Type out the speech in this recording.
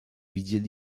widzieli